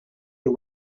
you